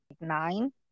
nine